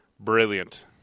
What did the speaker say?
Brilliant